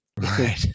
Right